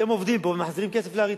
כי הם עובדים פה ומחזירים כסף לאריתריאה.